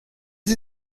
sie